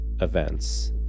events